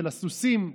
של הסוסים.